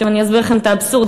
עכשיו, אני אסביר לכם את האבסורד.